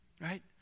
Right